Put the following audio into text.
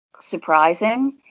surprising